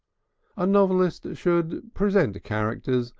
a novelist should present characters,